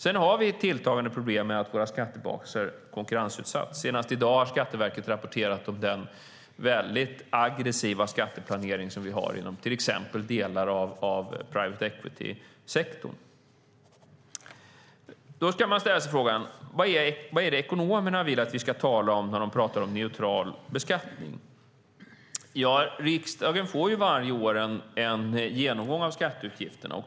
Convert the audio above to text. Vi har sedan ett tilltagande problem med att våra skattebaser har konkurrensutsatts. Senast i dag har Skatteverket rapporterat om den väldigt aggressiva skatteplanering som vi har inom till exempel delar av private equity-sektorn. Då ska man ställa sig frågan: Vad är det ekonomerna vill att vi ska tala om när de pratar om neutral beskattning? Riksdagen får varje år en genomgång av skatteutgifterna.